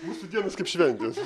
mūsų dienos kaip šventės